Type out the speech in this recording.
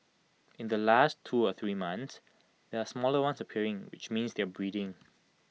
in the last two to three months there are smaller ones appearing which means they are breeding